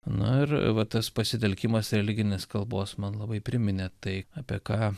na ir va tas pasitelkimas religinės kalbos man labai priminė tai apie ką